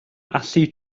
allu